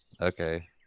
Okay